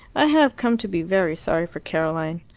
i have come to be very sorry for caroline.